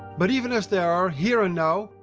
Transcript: but even as they are are here and now,